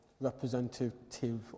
representative